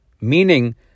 meaning